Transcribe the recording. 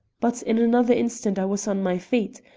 but in another instant i was on my feet.